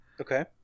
Okay